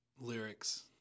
lyrics